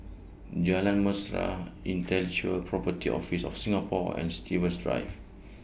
Jalan Mesra Intellectual Property Office of Singapore and Stevens Drive